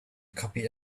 copy